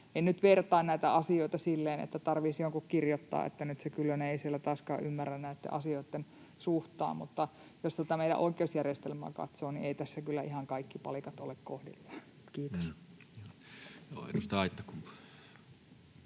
En nyt vertaa näitä asioita sillä tavalla, että tarvitsisi jonkun kirjoittaa, että nyt se Kyllönen ei siellä taaskaan ymmärrä näitten asioitten suhdetta, mutta jos tätä meidän oikeusjärjestelmää katsoo, niin ei tässä kyllä ihan kaikki palikat ole kohdillaan. — Kiitos.